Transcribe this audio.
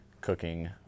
cooking